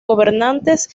gobernantes